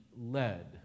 led